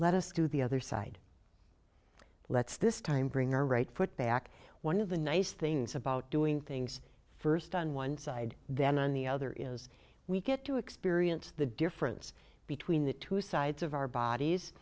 let us do the other side let's this time bring our right foot back one of the nice things about doing things first on one side then on the other is we get to experience the difference between the two sides of our bodies